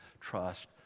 Trust